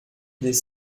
des